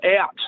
out